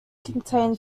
contain